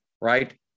right